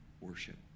worship